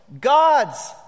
God's